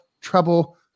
trouble